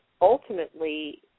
ultimately